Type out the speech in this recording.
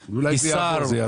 אולי אם יעבור זה יעזור.